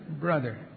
brother